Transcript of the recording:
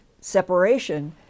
separation